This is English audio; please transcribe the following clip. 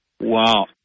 Wow